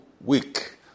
week